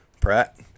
Pratt